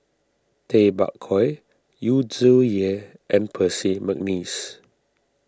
Tay Bak Koi Yu Zhuye and Percy McNeice